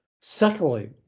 secondly